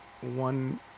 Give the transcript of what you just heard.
one